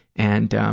and